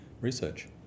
research